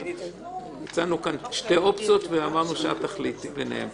הצענו כאן שתי אופציות ואמרנו שאת תחליטי ביניהן.